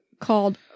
called